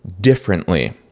differently